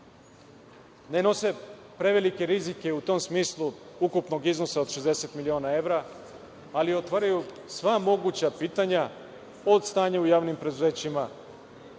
ne nose prevelike rizike u tom smislu ukupnog iznosa od 60 miliona evra, ali otvaraju sva moguća pitanja, od stanja u javnim preduzećima,